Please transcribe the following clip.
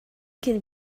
can